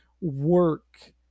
work